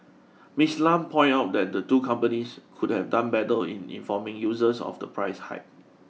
Ms Lam pointed out that the two companies could have done better in informing users of the price hike